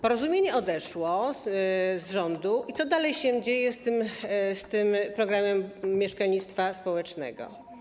Porozumienie odeszło z rządu i co dalej się dzieje z tym program mieszkalnictwa społecznego?